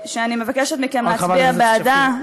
שאני מבקשת מכם להצביע בעדה.